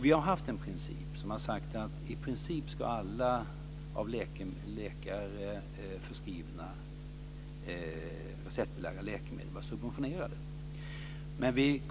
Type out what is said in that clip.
Vi har haft en princip som har sagt att så gott som alla av läkare förskrivna receptbelagda läkemedel ska vara subventionerade.